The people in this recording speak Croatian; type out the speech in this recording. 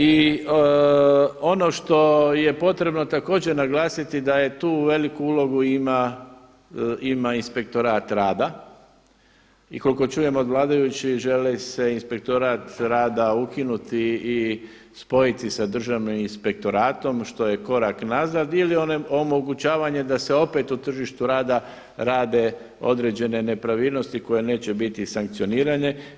I ono što je potrebno također naglasiti da i tu veliku ulogu ima Inspektorat rata i koliko čujem od vladajućih želi se inspektorat rada ukinuti i spojiti sa Državnim inspektoratom što je korak nazad ili omogućavanje da se opet u tržištu rada rade određene nepravilnosti koje neće biti sankcionirane.